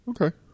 Okay